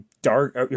Dark